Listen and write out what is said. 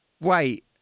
Wait